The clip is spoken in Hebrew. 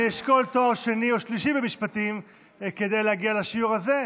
אני אשקול תואר שני או שלישי במשפטים כדי להגיע לשיעור הזה.